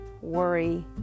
worry